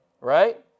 Right